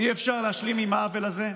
אי-אפשר להשלים עם העוול הזה,